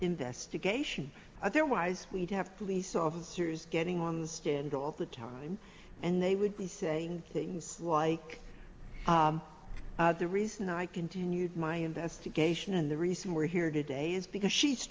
investigation otherwise we'd have police officers getting on the stand all the time and they would be saying things like the reason i continued my investigation and the reason we're here today is because she's